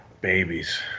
babies